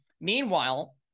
Meanwhile